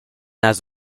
has